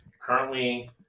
Currently